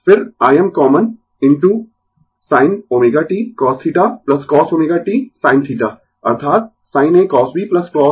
फिर Im common into sin ω t cosθ cosω t sin θ अर्थात sin A cos B cos A sin B form